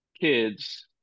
kids